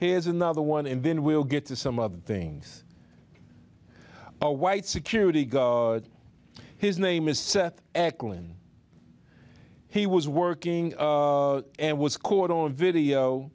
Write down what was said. here's another one and then we'll get to some of the things a white security guard his name is seth eklund he was working and was caught on video